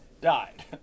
died